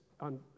on